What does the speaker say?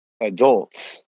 adults